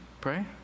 pray